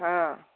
ହଁ